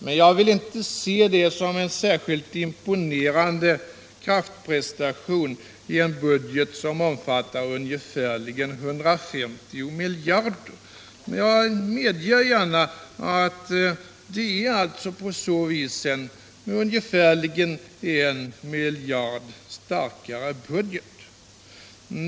Men Jag vill inte se det som en särskilt imponerande kraftprestation i en budget som omfattar ungefär 150 miljarder kronor. Jag medger gärna att budgeten på så vis är ungefär I miljard starkare.